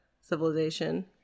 civilization